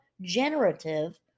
generative